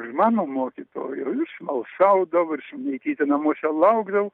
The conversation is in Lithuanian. ir mano mokytoja o ji smalsaudavo ir simonaitytė namuose laukdavo